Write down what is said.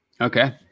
okay